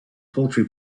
poultry